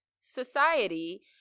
society